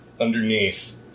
underneath